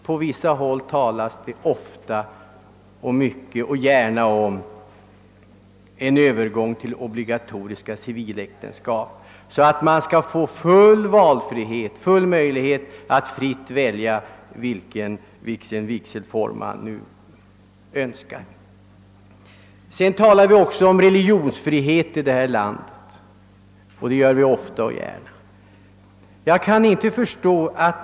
På vissa håll talas det ofta och mycket och gärna om en övergång till obligatoriska civiläktenskap, d. v. s. att man skall få möjlighet att fritt välja den vigselform man önskar. Vi talar också ofta och gärna om religionsfrihet i detta land.